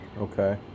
Okay